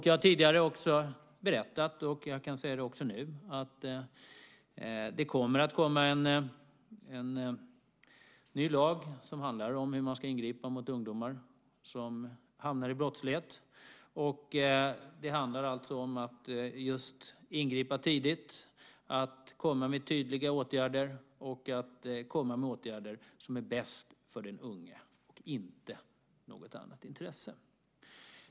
Jag har tidigare berättat - och jag kan säga det också nu - att det kommer att komma en ny lag som handlar om hur man ska ingripa mot ungdomar som hamnar i brottslighet. Det handlar alltså om att just ingripa tidigt, att komma med tydliga åtgärder och att komma med de åtgärder som är bäst för den unge. Det finns inte något annat intresse.